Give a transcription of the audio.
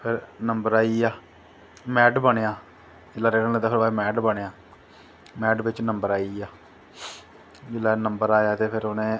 फिर नंबर आईया मैरिट बनेआ जिसलै रिटन लैत्ता मैरिट बनेआ मैरिट बिच्च नंबर आईया जिसलै नंबर आया ते फिर उनैं